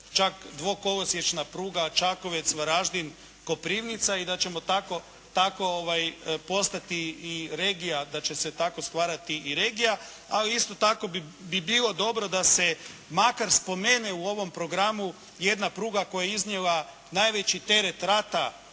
čak dvokolosječna pruga Čakovec-Varaždin-Koprivnica i da ćemo tako postati i regija, da će se tako stvarati i regija. Ali isto tako bi bilo dobro da se makar spomene u ovom programu jedna pruga koja je iznijela najveći teret rata